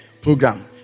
program